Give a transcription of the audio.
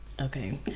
Okay